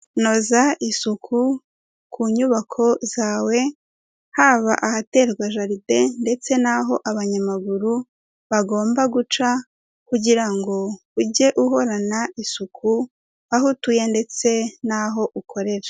Noza isuku ku nyubako zawe haba ahaterwa jaride ndetse n'aho abanyamaguru bagomba guca kugira ngo ujye uhorana isuku aho utuye ndetse n'aho ukorera.